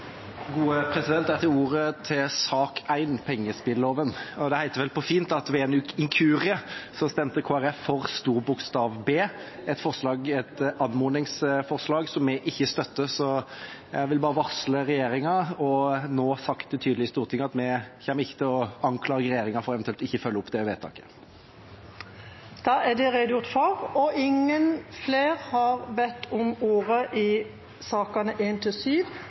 Jeg tar ordet til sak nr. 1, om pengespilloven. Det heter vel på fint at ved en inkurie stemte Kristelig Folkeparti for B – et anmodningsforslag som vi ikke støtter. Jeg vil varsle regjeringa og har nå sagt tydelig i Stortinget at vi ikke kommer til å anklage regjeringa for eventuelt ikke å følge opp det vedtaket. Da er det redegjort for. Flere har ikke bedt om ordet til sakene nr. 1–7. Etter ønske fra kommunal- og forvaltningskomiteen vil presidenten ordne debatten slik: 3 minutter til